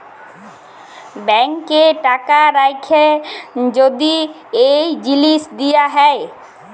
ব্যাংকে টাকা রাখ্যে যদি এই জিলিস দিয়া হ্যয়